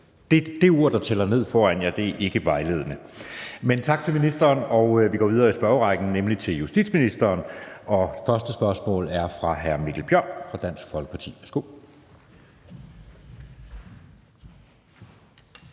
jer, der tæller ned, er ikke vejledende. Tak til ministeren. Vi går videre i spørgerrækken, nemlig til justitsministeren. Første spørgsmål er fra hr. Mikkel Bjørn fra Dansk Folkeparti.